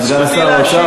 סגן שר האוצר,